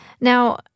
Now